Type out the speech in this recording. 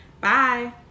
Bye